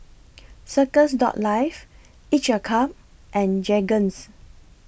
Circles Life Each A Cup and Jergens